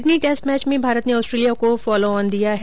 Sydney test match में भारत ने Australia को फोलाऑन दिया है